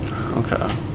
Okay